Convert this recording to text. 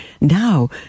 Now